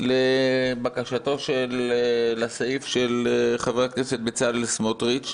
לבקשתו של חבר הכנסת בצלאל סמוטריץ',